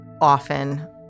often